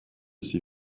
ses